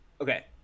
Okay